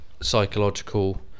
psychological